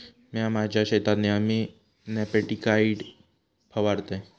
म्या माझ्या शेतात नेयमी नेमॅटिकाइड फवारतय